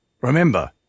Remember